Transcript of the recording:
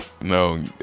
no